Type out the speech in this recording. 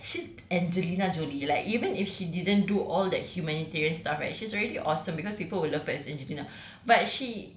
on top of that she's angelina jolie like even if she didn't do all that humanitarian stuff right she's already awesome because people will love her as an entrepreneur